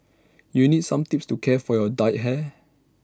you need some tips to care for your dyed hair